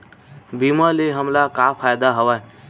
बीमा ले हमला का फ़ायदा हवय?